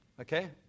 Okay